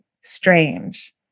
strange